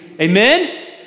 Amen